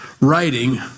writing